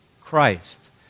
Christ